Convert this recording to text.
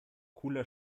cooler